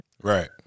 Right